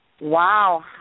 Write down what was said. Wow